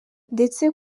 ndetse